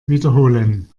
wiederholen